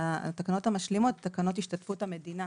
והתקנות המשלימות תקנות השתתפות המדינה,